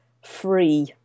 free